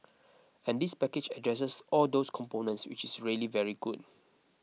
and this package addresses all those components which is really very good